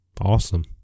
Awesome